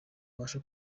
abashe